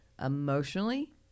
emotionally